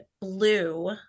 blue